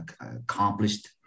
accomplished